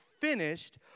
finished